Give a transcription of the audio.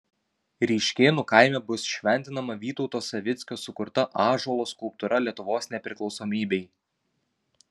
ryškėnų kaime bus šventinama vytauto savickio sukurta ąžuolo skulptūra lietuvos nepriklausomybei